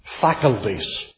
faculties